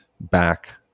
back